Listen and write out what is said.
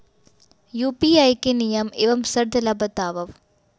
UPI के नियम एवं शर्त ला बतावव